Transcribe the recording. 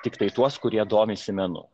tiktai tuos kurie domisi menu